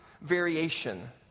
variation